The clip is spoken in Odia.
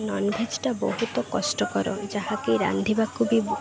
ନନଭେଜ୍ଟା ବହୁତ କଷ୍ଟକର ଯାହାକି ରାନ୍ଧିବାକୁ ବି